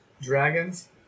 Dragons